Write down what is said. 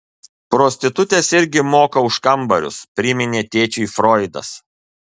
prostitutės irgi moka už kambarius priminė tėčiui froidas